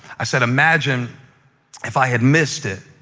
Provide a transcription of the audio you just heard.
i said, imagine if i had missed it,